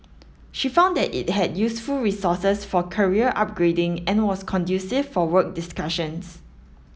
she found that it had useful resources for career upgrading and was conducive for work discussions